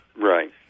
right